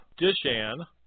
Dishan